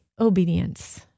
obedience